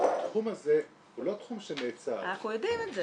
שהתחום הזה הוא לא תחום שנעצר -- אנחנו יודעים את זה.